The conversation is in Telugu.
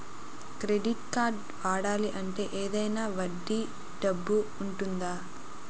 క్రెడిట్ కార్డ్ని వాడాలి అంటే ఏదైనా వడ్డీ డబ్బు ఉంటుందా?